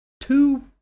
two